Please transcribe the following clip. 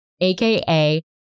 aka